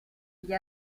gli